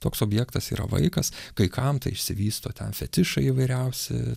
toks objektas yra vaikas kai kam tai išsivysto ten fetišai įvairiausi